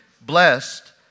blessed